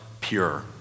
pure